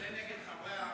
זה נגד חברי,